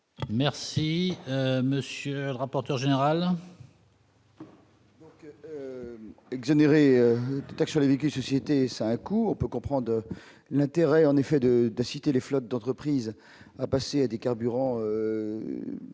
Merci, monsieur le rapporteur général. Exonérés de taxes sur les véhicules société ça a un coût, on peut comprendre l'intérêt en effet de d'inciter les flottes d'entreprises à passer à des carburants.